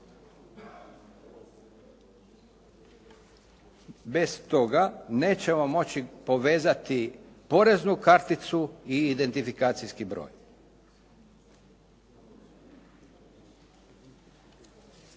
Bez toga nećemo moći povezati poreznu karticu i identifikacijski broj.